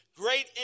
great